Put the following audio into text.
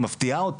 היא מפתיעה אותי.